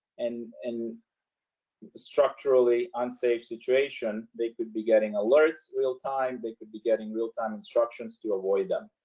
and and structurally unsafe situation, they could be getting alerts real time they could be getting real time instructions to avoid them.